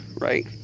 right